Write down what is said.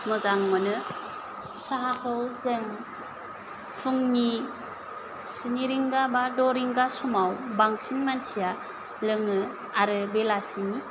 मोजां मोनो साहाखौ जों फुंनि स्नि रिंगा बा द' रिंगा समाव बांसिन मानसिया लोङो आरो बेलासिनि